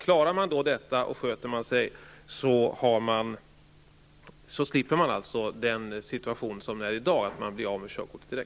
Klarar man detta och sköter sig slipper man alltså hamna i den situation som gäller i dag, dvs. att man blir av med sitt körkort direkt.